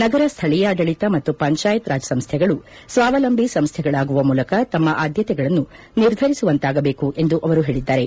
ನಗರ ಸ್ವಳೀಯಾಡಳಿತ ಮತ್ತು ಪಂಚಾಯತ್ ರಾಜ್ ಸಂಸ್ಥೆಗಳು ಸ್ವಾವಲಂಬಿ ಸಂಸ್ಥೆಗಳಾಗುವ ಮೂಲಕ ತಮ್ಮ ಆದ್ಲತೆಗಳನ್ನು ನಿರ್ಧರಿಸುವಂತಾಗಬೇಕು ಎಂದು ಅವರು ಹೇಳಿದ್ದಾರೆ